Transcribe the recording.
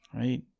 right